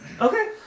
Okay